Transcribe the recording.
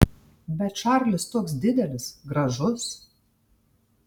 bet čarlis toks didelis gražus